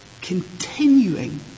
continuing